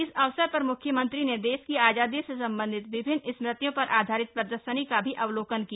इस अवसर पर मुख्यमंत्री ने देश की आजादी से संबंधित विभिन्न स्मृतियों पर आधारित प्रदर्शनी का अवलोकन भी किया